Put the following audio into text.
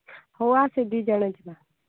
ହଉ ଆସେ ଦୁଇଜଣ ଯିବା